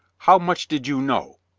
how much did you know?